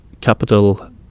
capital